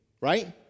right